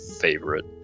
favorite